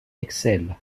excelle